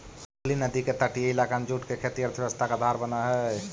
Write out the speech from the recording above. हुगली नदी के तटीय इलाका में जूट के खेती अर्थव्यवस्था के आधार बनऽ हई